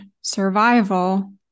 survival